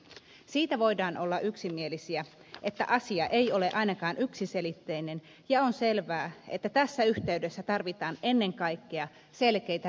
siitä voidaan olla yksimielisiä että asia ei ole ainakaan yksiselitteinen ja on selvää että tässä yhteydessä tarvitaan ennen kaikkea selkeitä reunaehtoja